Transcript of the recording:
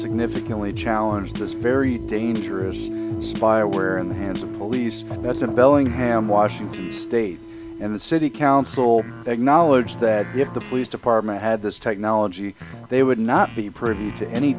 significantly challenge this very dangerous spyware in the hands of police that's in bellingham washington state and the city council acknowledged that if the police department had this technology they would not be privy to any